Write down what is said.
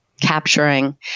capturing